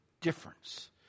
difference